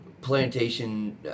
plantation